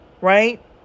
right